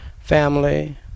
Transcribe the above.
family